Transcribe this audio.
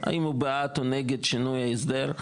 האם הוא בעד או נגד שינוי ההסדר,